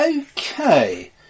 Okay